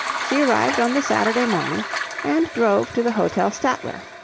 she arrived on the saturday morning and drove to the hotel statler.